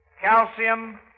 calcium